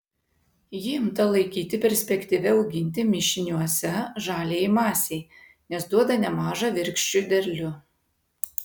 ji imta laikyti perspektyvia auginti mišiniuose žaliajai masei nes duoda nemažą virkščių derlių